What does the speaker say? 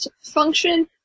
function